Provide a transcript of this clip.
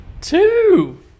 Two